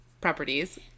properties